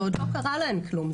ועוד לא קרה להן כלום,